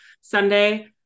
Sunday